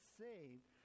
saved